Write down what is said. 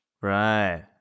Right